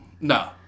No